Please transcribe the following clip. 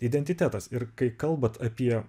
identitetas ir kai kalbat apie